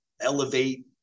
elevate